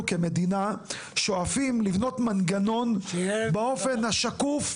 אנחנו כמדינה שואפים לבנות מנגנון באופן השקוף,